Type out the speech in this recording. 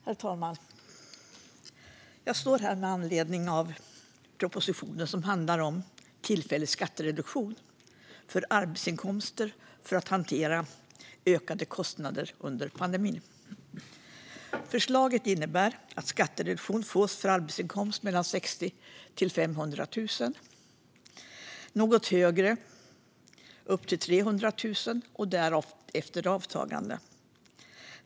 Herr ålderspresident! Jag står här med anledning av propositionen som handlar om tillfällig skattereduktion för arbetsinkomster för att hantera ökade arbetskostnader till följd av pandemin. Förslaget innebär att skattereduktion kan fås för arbetsinkomster på mellan 60 000 kronor och 500 000 kronor - något högre upp till 300 000 kronor, och sedan sker en avtrappning.